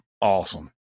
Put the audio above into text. awesome